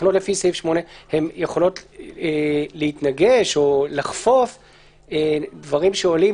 שיכולות להתנגש או לחפוף דברים שעולים